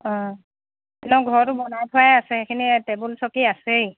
অঁ কি ঘৰতো বনাই থোৱাই আছে সেইখিনি টেবুল চকী আছেই